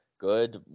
Good